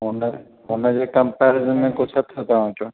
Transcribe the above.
हुन हुनजे कंपैरिजन में कुझु अथव तव्हां वटि